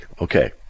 Okay